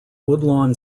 woodlawn